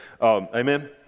Amen